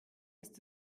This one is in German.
ist